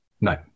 No